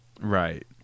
right